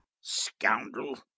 Scoundrel